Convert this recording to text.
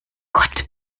gott